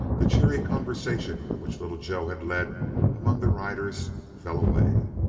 the cheery conversation which little joe had led among the riders fell away.